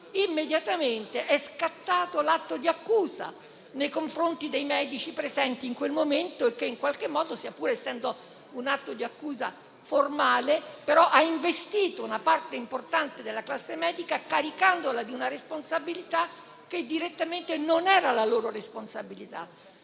immediatamente è scattato l'atto di accusa nei confronti dei medici presenti in quel momento. Pur essendo un atto di accusa formale, ha investito una parte importante della classe medica, caricandola di una responsabilità che non era direttamente